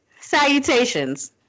Salutations